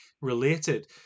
related